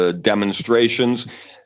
demonstrations